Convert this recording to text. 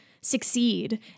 succeed